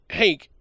hank